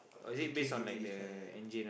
give me this client one